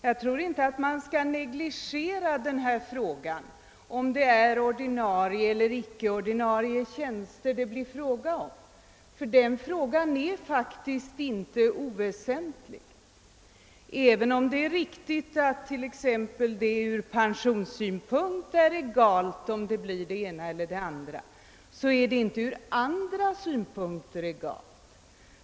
Man skall emellertid inte negligera denna fråga om ordinarie eller icke ordinarie tjänster, ty den är faktiskt inte oväsentlig. Även om det är riktigt att det t.ex. ur pensionssynpunkt är egalt om det blir det ena eller det andra, är det inte egalt ur andra synpunkter.